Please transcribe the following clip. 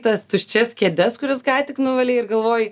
tas tuščias kėdes kurias ką tik nuvalei ir galvoji